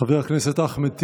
חבר הכנסת אחמד טיבי,